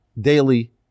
daily